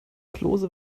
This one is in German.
klose